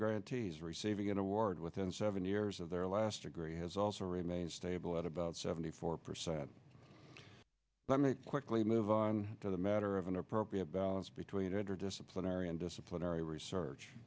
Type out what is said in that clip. grantees receiving an award within seven years of their last degree has also remain stable at about seventy four percent let me quickly move on to the matter of an appropriate balance between interdisciplinary and disciplinary research